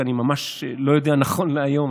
כי אני ממש לא יודע נכון להיום.